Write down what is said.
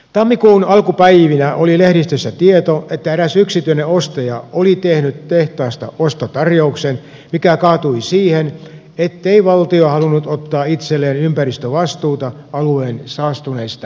tammikuun alkupäivinä oli lehdistössä tieto että eräs yksityinen ostaja oli tehnyt tehtaasta ostotarjouksen joka kaatui siihen ettei valtio halunnut ottaa itselleen ympäristövastuuta alueen saastuneista maista